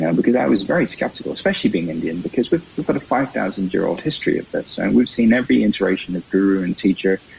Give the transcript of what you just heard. yeah because i was very skeptical, especially being indian because we've got a five thousand year old history of this. and we've seen every iteration of guru and teacher,